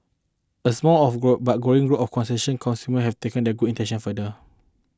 a small of grow but growing group of conscientious consumers have taken their good intentions further